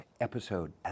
episode